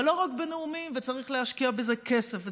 ולא רק בנאומים, צריך להשקיע בזה כסף.